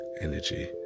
energy